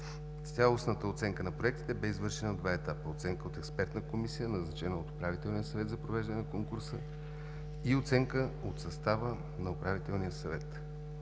Цялостната оценка на проектите бе извършена на два етапа – оценка от експертна комисия, назначена от Управителния съвет за провеждане на конкурса, и оценка от състава на Управителния съвет.